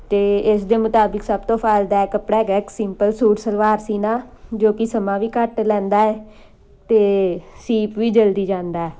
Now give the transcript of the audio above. ਅਤੇ ਇਸ ਦੇ ਮੁਤਾਬਿਕ ਸਭ ਤੋਂ ਲਾਭਦਾਇਕ ਕੱਪੜਾ ਹੈਗਾ ਇੱਕ ਸਿੰਪਲ ਸੂਟ ਸਲਵਾਰ ਸੀਣਾ ਜੋ ਕਿ ਸਮਾਂ ਵੀ ਘੱਟ ਲੈਂਦਾ ਹੈ ਅਤੇ ਸੀ ਵੀ ਜਲਦੀ ਜਾਂਦਾ